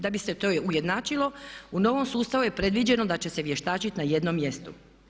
Da bi se to ujednačilo u novom sustavu je predviđeno da će se vještačiti na jednom mjestu.